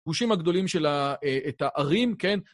גושים הגדולים של את הערים, כן?